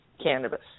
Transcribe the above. Cannabis